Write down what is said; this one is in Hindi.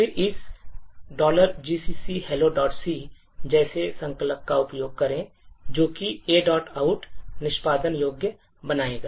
फिर इस gcc helloc जैसे संकलक का उपयोग करें जो कि aout निष्पादन योग्य बनाएगा